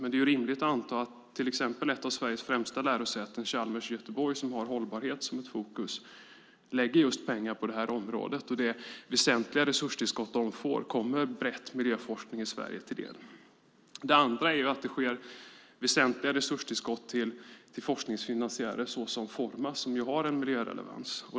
Men det är rimligt att anta att till exempel ett av Sveriges främsta lärosäten, Chalmers i Göteborg som har hållbarhet som fokus, lägger pengar på just detta område och att det väsentliga resurstillskott de får brett kommer miljöforskning i Sverige till del. Det andra spåret är att det sker väsentliga resurstillskott till forskningsfinansiärer såsom Formas, som har en miljörelevans.